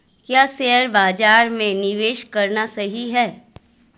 क्या शेयर बाज़ार में निवेश करना सही है?